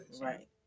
Right